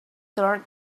turned